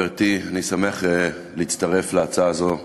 אני שמח להצטרף להצעה הזאת לסדר-היום.